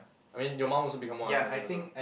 I mean your mom also become more understanding also